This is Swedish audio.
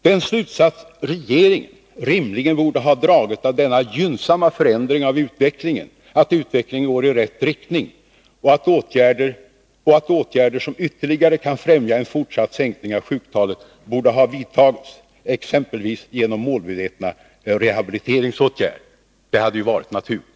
Den slutsats regeringen rimligen borde ha dragit av denna gynnsamma förändring är att utvecklingen går i rätt riktning och att åtgärder som ytterligare kan främja en fortsatt sänkning av sjuktalet borde ha vidtagits, exempelvis genom målmedvetna rehabiliteringsåtgärder. Det hade ju varit naturligt.